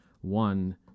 one